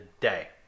day